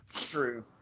True